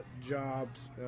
jobs